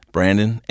Brandon